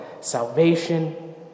salvation